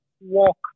walk